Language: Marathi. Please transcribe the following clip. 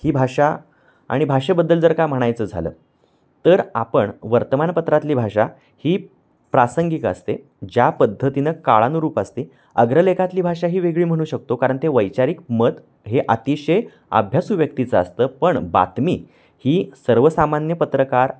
ही भाषा आणि भाषेबद्दल जर का म्हणायचं झालं तर आपण वर्तमानपत्रातली भाषा ही प्रासंगिक असते ज्या पद्धतीनं काळानुरूप असते अग्रलेखातली भाषा ही वेगळी म्हणू शकतो कारण ते वैचारिक मत हे अतिशय अभ्यासू व्यक्तीचं असतं पण बातमी ही सर्वसामान्य पत्रकार